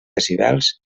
decibels